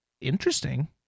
interesting